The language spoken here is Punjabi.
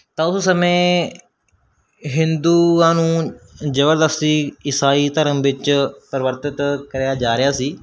ਤਾਂ ਉਸ ਸਮੇਂ ਹਿੰਦੂਆਂ ਨੂੰ ਜਬਰਦਸਤੀ ਇਸਾਈ ਧਰਮ ਵਿੱਚ ਪਰਿਵਰਤਿਤ ਕਰਿਆ ਜਾ ਰਿਹਾ ਸੀ